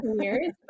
years